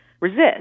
resist